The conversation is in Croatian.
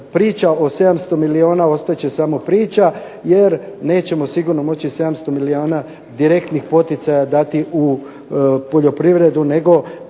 priča o 700 milijuna ostat će samo priča, jer nećemo sigurno moći 700 milijuna direktnih poticaja dati u poljoprivredu, nego